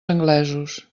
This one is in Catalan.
anglesos